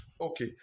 Okay